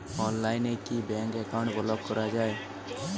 অনলাইনে কি bank account block করা য়ায়?